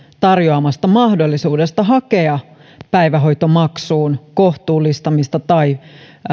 tarjoamasta mahdollisuudesta hakea päivähoitomaksun kohtuullistamista tai